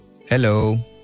Hello